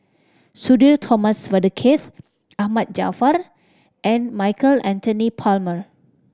Sudhir Thomas Vadaketh Ahmad Jaafar and Michael Anthony Palmer